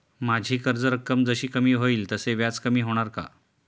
माझी कर्ज रक्कम जशी कमी होईल तसे व्याज कमी होणार का?